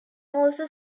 also